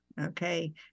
okay